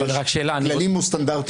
יש כללים וסטנדרטים בלבד.